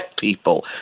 people